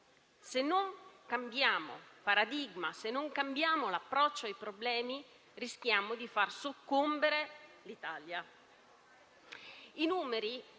se non cambiamo paradigma, se non cambiamo l'approccio ai problemi, rischiamo di far soccombere l'Italia.